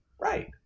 right